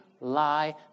lie